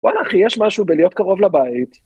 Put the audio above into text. וואלה אחי, יש משהו בלהיות קרוב לבית...